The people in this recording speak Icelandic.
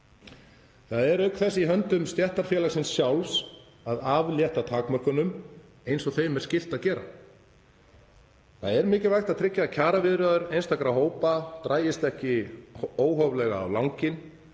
Auk þess er það í höndum stéttarfélagsins sjálfs að aflétta takmörkunum, eins og þeim er skylt að gera. Mikilvægt er að tryggja að kjaraviðræður einstakra hópa dragist ekki óhóflega á langinn